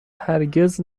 هرگز